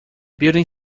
building